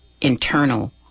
internal